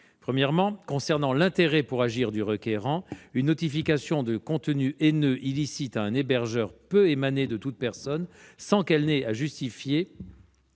part, concernant l'intérêt pour agir du requérant, une notification de contenu haineux ou illicite à un hébergeur peut émaner de toute personne, sans qu'elle ait à justifier